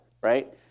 right